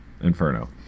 Inferno